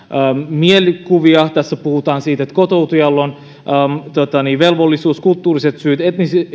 mielikuvia tässä puhutaan siitä että kotoutujalla on velvollisuus kulttuuriset syyt